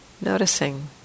noticing